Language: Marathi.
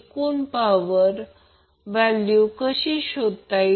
म्हणून √ 3 VL IL cos P1 P2 आणि √3VL IL sin √3 होईल